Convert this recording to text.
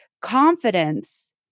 confidence